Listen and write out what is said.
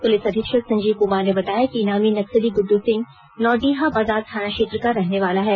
police अधीक्षक संजीव कुमार ने बताया कि इनामी नक्सली गुड्ड सिंह नौडीहा बाजार थाना क्षेत्र का रहने वाला है